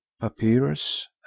papyrus